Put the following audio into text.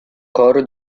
coro